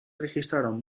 registraron